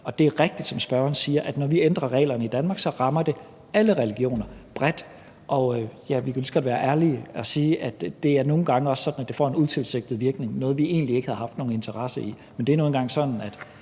og det er rigtigt, som spørgeren siger, at når vi ændrer reglerne i Danmark, så rammer det alle religioner bredt. Ja, vi kan lige så godt være ærlige og sige, at det nogle gange også er sådan, at det får en utilsigtet virkning – noget, vi egentlig ikke havde haft nogen interesse i. Men det er nu engang sådan,